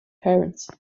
parents